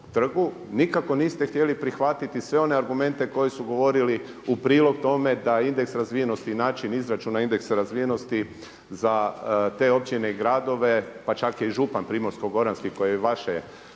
nikako niste htjeli prihvatiti sve one argumente koje su govorili u prilog tome da indeks razvijenosti i način izračuna indeksa razvijenosti za te općine i gradove, pa čak i župan Primorsko-goranski koji je iz vašeg